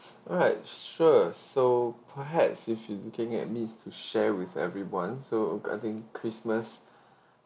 alright sure so perhaps if you're looking at needs to share with everyone so I think christmas